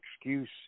excuse